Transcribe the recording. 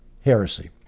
heresy